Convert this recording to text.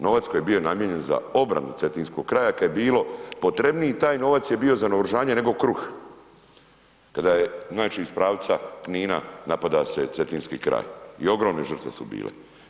Novac koji je bio namijenjen za obranu Cetinskog kraja, kada je bilo, potrebniji taj novac je bio za naoružanje nego kruh kada je znači iz pravca Knina napadao se Cetinski kraj i ogromne žrtve su bile.